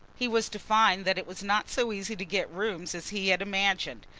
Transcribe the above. he was to find that it was not so easy to get rooms as he had imagined.